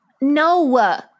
No